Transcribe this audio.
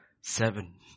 seven